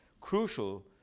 crucial